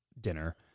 dinner